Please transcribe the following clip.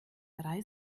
drei